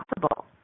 possible